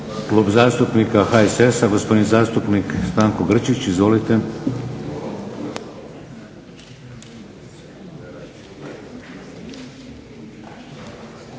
Klub zastupnika HSS-a, gospodin zastupnik Stanko Grčić. Izvolite.